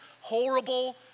horrible